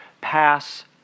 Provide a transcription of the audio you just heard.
pass